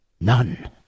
none